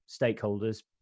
stakeholders